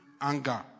anger